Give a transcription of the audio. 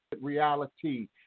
reality